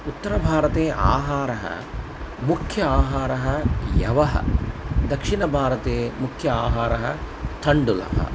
उत्तरभारते आहारः मुख्यः आहारः यवः दक्षिणभारते मुख्यः आहारः तण्डुलः